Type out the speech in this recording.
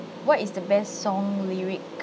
what is the best song lyric